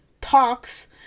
talks